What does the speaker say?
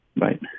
right